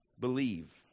believe